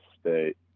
State